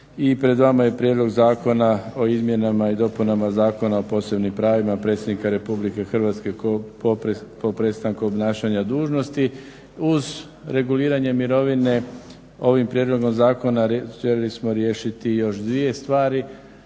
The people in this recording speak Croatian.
I pred vama je Prijedlog zakona o izmjenama i dopunama Zakona o posebnim pravima Predsjednika Republike Hrvatske po prestanku obnašanja dužnosti. Uz reguliranje mirovine ovim prijedlogom zakona željeli smo riješiti još dvije stvari